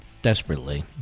desperately